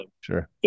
sure